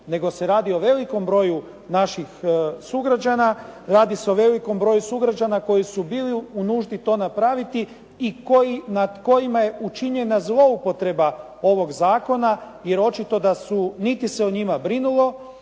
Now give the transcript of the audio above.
nego se radi o velikom broju naših sugrađana, radi se o velikom broju sugrađana koji su bili u nuždi to napraviti i nad kojima je učinjena zloupotreba ovog zakona jer očito da su, niti se o njima brinulo